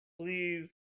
please